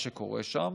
למה שקורה שם.